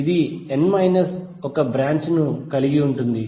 ఇది n minus ఒక branch ను కలిగి ఉంటుంది